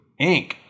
Inc